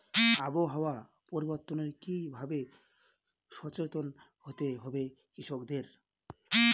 আবহাওয়া পরিবর্তনের কি ভাবে সচেতন হতে হবে কৃষকদের?